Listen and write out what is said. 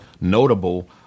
notable